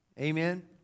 Amen